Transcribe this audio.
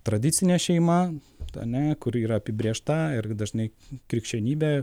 tradicinė šeima ane kuri yra apibrėžta ir dažnai krikščionybė